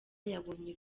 yabonye